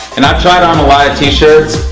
and i've tried on a lot of t-shirts,